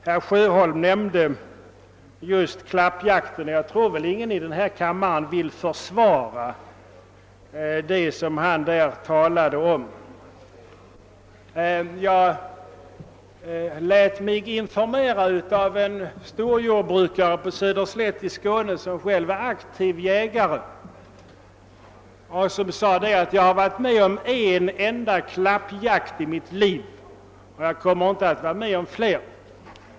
Herr Sjöholm nämnde klappjakten. Jag tror ingen i denna kammare vill försvara den. Jag lät mig informeras av en storjordbrukare på Söderslätt i Skåne vilken är aktiv jägare och som sade, att han varit med om en enda klappjakt i sitt liv och inte kommer att vara med om fler.